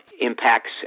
impacts